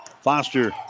Foster